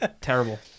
Terrible